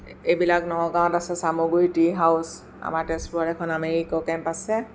এইবিলাক নগাওঁৱত আছে চামগুড়ি ট্ৰি হাউচ আমাৰ তেজপুৰত এখন নামেৰি ইক' কেম্প আছে